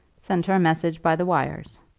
send her a message by the wires.